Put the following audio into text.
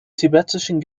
tibetischen